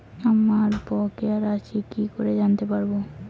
আমার বকেয়া রাশি কি করে জানতে পারবো?